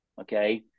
okay